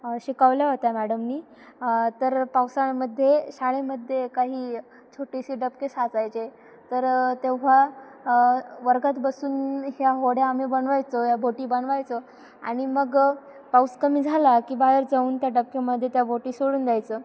शिकवल्या होता्या मॅडमनी तर पावसाळ्यामध्ये शाळेमध्ये काही छोटेसे डबके साचायचे तर तेव्हा वर्गात बसून ह्या होड्या आम्ही बनवायचो या बोटी बनवायचो आणि मग पाऊस कमी झाला की बाहेर जाऊन त्या डबकेमध्ये त्या बोटी सोडून द्यायचं